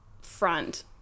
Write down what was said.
front